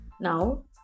now